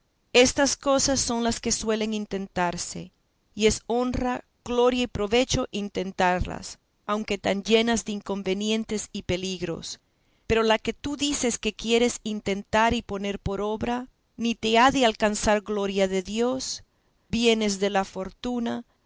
estas cosas son las que suelen intentarse y es honra gloria y provecho intentarlas aunque tan llenas de inconvenientes y peligros pero la que tú dices que quieres intentar y poner por obra ni te ha de alcanzar gloria de dios bienes de la fortuna